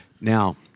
now